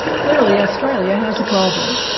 clearly, australia has a problem.